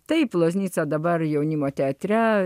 taip loznica dabar jaunimo teatre